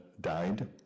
died